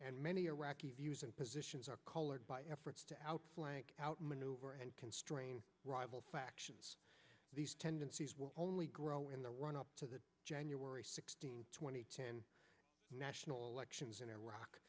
and many iraqi views and positions are colored by efforts to outflank outmaneuver and constrain rival factions these tendencies will only grow in the run up to the january sixteenth two thousand and ten national elections in iraq